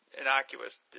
innocuous